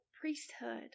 priesthood